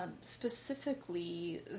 Specifically